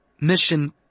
mission